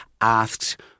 asked